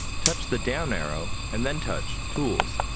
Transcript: touch the down arrow and then touch tools.